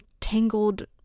tangled